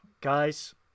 guys